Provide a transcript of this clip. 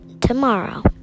tomorrow